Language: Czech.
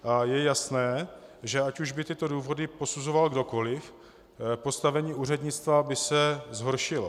Je jasné, že ať už by tyto důvody posuzoval kdokoli, postavení úřednictva by se zhoršilo.